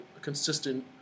consistent